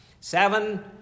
Seven